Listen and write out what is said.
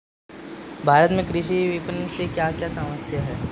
भारत में कृषि विपणन से क्या क्या समस्या हैं?